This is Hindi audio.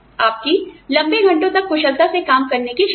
आपकी लंबे घंटों तक कुशलता से काम करने की क्षमता